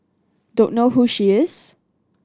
don't know who she is